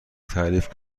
تعریف